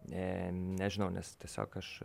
ne nežinau nes tiesiog aš